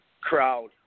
crowd